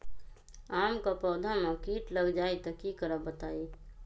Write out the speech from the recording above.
आम क पौधा म कीट लग जई त की करब बताई?